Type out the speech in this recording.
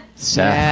so,